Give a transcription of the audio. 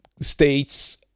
states